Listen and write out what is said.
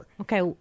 Okay